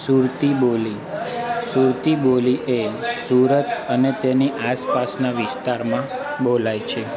સુરતી બોલી સુરતી બોલી એ સુરત અને તેની આસપાસના વિસ્તારમાં બોલાય છે